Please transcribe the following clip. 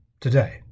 today